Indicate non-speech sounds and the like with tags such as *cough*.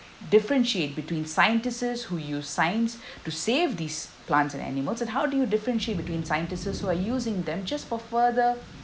differentiate between scientists who use science *breath* to save these plants and animals and how do you differentiate between scientists who are using them just for further